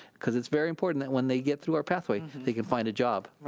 cuz, it's very important that when they get through our pathway they can find a job.